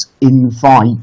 invite